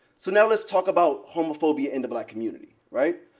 so now, let's talk about homophobia in the black community, right?